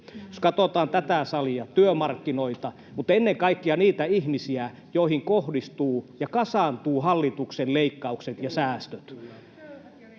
Jos katsotaan tätä salia, työmarkkinoita mutta ennen kaikkea niitä ihmisiä, joihin kohdistuvat ja kasaantuvat hallituksen leikkaukset ja säästöt,